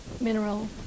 mineral